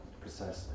Precisely